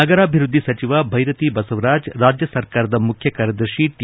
ನಗರಾಭಿವೃದ್ದಿ ಸಚಿವ ಬೈರತಿ ಬಸವರಾಜ ರಾಜ್ಯ ಸರ್ಕಾರದ ಮುಖ್ಯಕಾರ್ಯದರ್ಶಿ ಟಿ